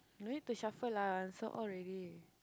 no need to shuffle lah answer all ready